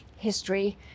history